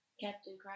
Captain